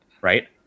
right